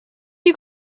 you